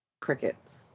Crickets